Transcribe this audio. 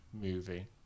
movie